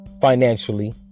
financially